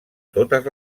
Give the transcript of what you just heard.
totes